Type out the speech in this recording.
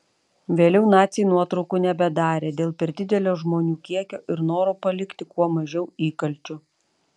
vėliau naciai nuotraukų nebedarė dėl per didelio žmonių kiekio ir noro palikti kuo mažiau įkalčių